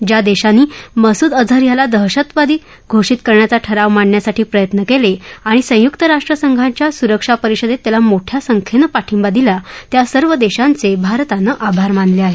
ज्या देशांनी मसूद अजहर याला जागतिक दहशतवादी घोषित करण्याचा ठराव मांडण्यासाठी प्रयत्न केले आणि संयुक्त राष्ट्र संघाच्या सुरक्षा परिषदेत त्याला मोठ्या संख्येनं पाठिंबा दिला त्या सर्व देशांचे भारतानं आभार मानले आहेत